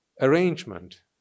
arrangement